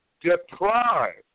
deprived